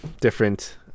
different